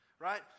right